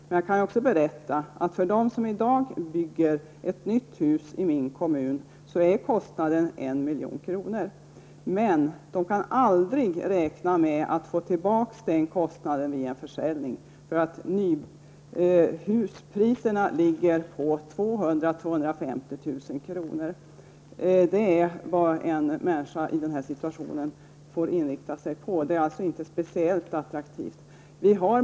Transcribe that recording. Men jag kan också berätta att kostnaden för dem som i dag bygger ett nytt hus i min kommun är en miljon kronor. De kan aldrig räkna med att vid en försäljning få tillbaka dessa pengar. Huspriserna ligger på mellan 200 000 och 250 000 kr. Det är vad en människa i den situationen får inrikta sig på. Det är alltså inte speciellt attraktivt.